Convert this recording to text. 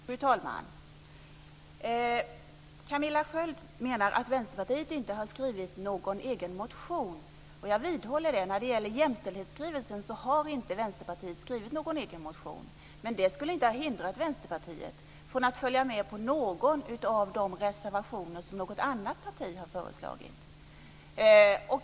Fru talman! Camilla Sköld Jansson säger att jag menar att Vänsterpartiet inte har skrivit någon egen motion. Jag vidhåller det. När det gäller jämställdhetsskrivelsen har Vänsterpartiet inte skrivit någon egen motion, men det skulle inte ha hindrat Vänsterpartiet från att följa med på någon av de reservationer som något annat parti har skrivit.